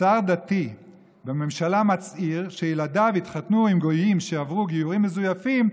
כששר דתי בממשלה מצהיר שילדיו יתחתנו עם גויים שעברו גיורים מזויפים,